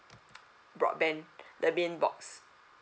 broadband the main box